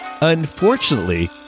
Unfortunately